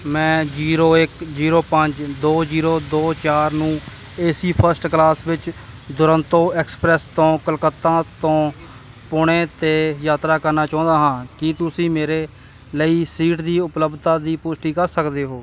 ਮੈਂ ਜ਼ੀਰੋ ਇੱਕ ਜ਼ੀਰੋ ਪੰਜ ਦੋ ਜ਼ੀਰੋ ਦੋ ਚਾਰ ਨੂੰ ਏਸੀ ਫਸਟ ਕਲਾਸ ਵਿੱਚ ਦੁਰੰਤੋ ਐਕਸਪ੍ਰੈਸ ਤੋਂ ਕੋਲਕਾਤਾ ਤੋਂ ਪੂਣੇ ਅਤੇ ਯਾਤਰਾ ਕਰਨਾ ਚਾਹੁੰਦਾ ਹਾਂ ਕੀ ਤੁਸੀਂ ਮੇਰੇ ਲਈ ਸੀਟ ਦੀ ਉਪਲੱਬਧਤਾ ਦੀ ਪੁਸ਼ਟੀ ਕਰ ਸਕਦੇ ਹੋ